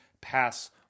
pass